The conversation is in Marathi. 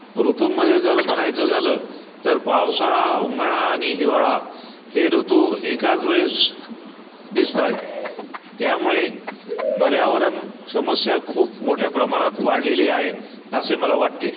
ऋतूंमध्ये जर म्हणायचं झालं तर पावसाळा उन्हाळा आणि हिवाळा हे ऋतू एकाच वेळेस दिसता आहेत त्यामुळे पर्यावरण समस्या खूप मोठ्या प्रमाणात वाढलेली आहे असे मला वाटते